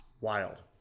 Wild